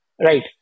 Right